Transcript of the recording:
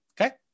Okay